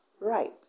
right